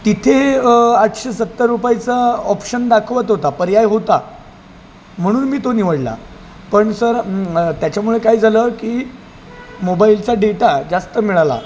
तिथे आठशे सत्तर रुपयाचा ऑप्शन दाखवत होता पर्याय होता म्हणून मी तो निवडला पण सर त्याच्यामुळे काय झालं की मोबाईलचा डेटा जास्त मिळाला